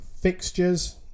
fixtures